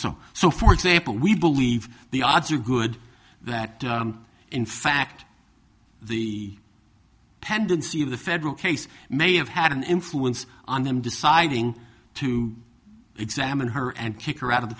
so so for example we believe the odds are good that in fact the pendency of the federal case may have had an influence on them deciding to examine her and kick her out of the